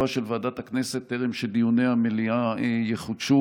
של ועדת הכנסת טרם שדיוני המליאה יחודשו.